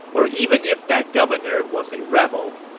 or even if that governor was a rebel,